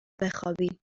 بخوابیم